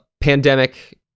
pandemic